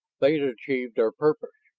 they had achieved their purpose.